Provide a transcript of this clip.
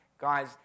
guys